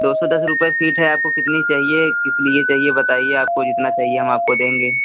दो सौ दस रुपये फीट है आपको कितनी चाहिए किसलिए चाहिए बताइए आपको जितना चाहिए हम आपको देंगे